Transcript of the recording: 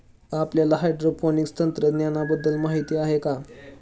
आपल्याला हायड्रोपोनिक्स तंत्रज्ञानाबद्दल माहिती आहे का?